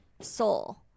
soul